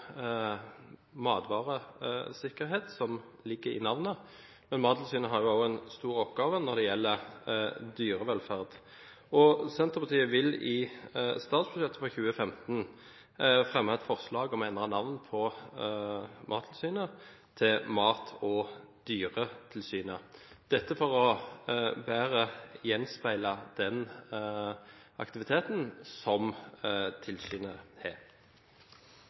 matvaresikkerhet – som ligger i navnet – men de har også en stor oppgave når det gjelder dyrevelferd. Senterpartiet vil i forbindelse med statsbudsjettet for 2015 fremme et forslag om å endre navn på Mattilsynet til Mat- og dyretilsynet, dette for bedre å gjenspeile den aktiviteten som tilsynet har.